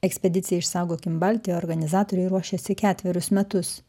ekspedicijai išsaugokim baltiją organizatoriai ruošėsi ketverius metus